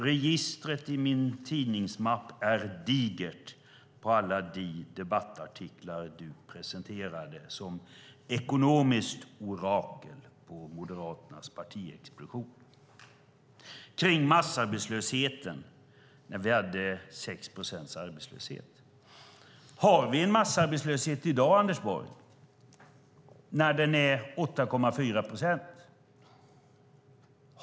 Registret i min tidningsmapp är digert över alla debattartiklar som Anders Borg presterade som ekonomiskt orakel på Moderaternas partiexpedition. De handlar om massarbetslösheten när vi hade 6 procents arbetslöshet. Har vi en massarbetslöshet i dag när arbetslösheten är 8,4 procent?